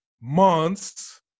months